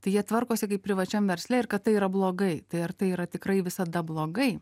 tai jie tvarkosi kaip privačiam versle ir kad tai yra blogai tai ar tai yra tikrai visada blogai